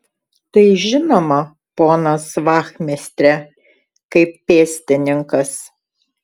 tai žinoma ponas vachmistre kaip pėstininkas